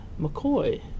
McCoy